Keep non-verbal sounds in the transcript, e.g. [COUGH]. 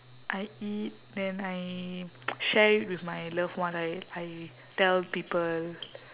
I eat then I [NOISE] share it with my loved ones I tell people